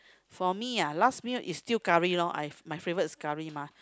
for me ah last meal is still curry lor I my favourite is curry mah